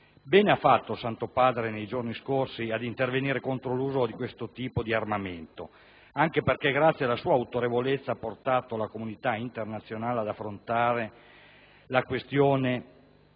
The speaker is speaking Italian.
Bene ha fatto il Santo Padre nei giorni scorsi ad intervenire contro l'uso di questo tipo di armamento, anche perché grazie alla sua autorevolezza ha portato la comunità internazionale ad affrontare la questione